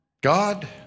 God